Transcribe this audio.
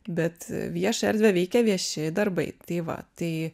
bet viešą erdvę veikia vieši darbai tai va tai